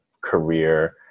career